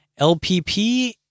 lpp